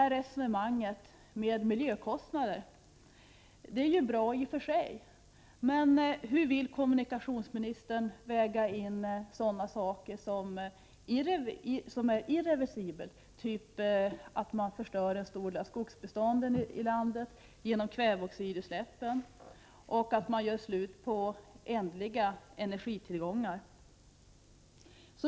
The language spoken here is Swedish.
Resonemanget om miljökostnader är i och för sig bra, men hur vill kommunikationsministern väga in sådant som är irreversibelt, t.ex. att man förstör en stor del av skogsbestånden i landet genom kväveoxidutsläppen och att man gör slut på ändliga energitillgångar?